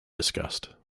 discussed